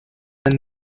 ten